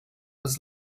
was